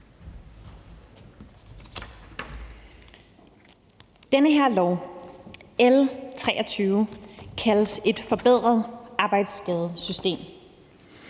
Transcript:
Det her lovforslag, L 23, kaldes et forbedret arbejdsskadesystem.